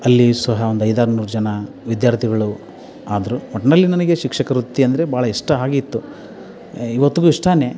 ಅಲ್ಲಿ ಸಹ ಒಂದು ಐದು ಆರುನೂರು ಜನ ವಿದ್ಯಾರ್ಥಿಗಳು ಆದರು ಒಟ್ಟಿನಲ್ಲಿ ನನಗೆ ಶಿಕ್ಷಕ ವೃತ್ತಿ ಅಂದರೆ ಬಾಳ ಇಷ್ಟ ಹಾಗೆ ಇತ್ತು ಇವತ್ತಿಗೂ ಇಷ್ಟಾ